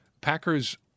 Packers